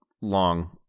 long